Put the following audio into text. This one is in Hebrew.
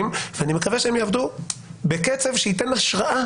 ואני מקווה שהם יעבדו בקצב שייתן השראה